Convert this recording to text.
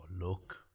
look